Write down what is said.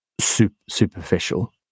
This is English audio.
superficial